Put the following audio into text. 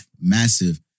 massive